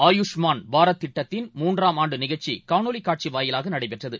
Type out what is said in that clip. ஆயுஷ்மான் பாரத் திட்டத்தின் மூன்றாம் ஆண்டுநிகழ்ச்சிகாணொலிகாட்சிவாயிலாகநடைபெற்றது